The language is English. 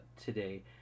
today